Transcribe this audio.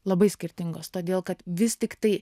labai skirtingos todėl kad vis tiktai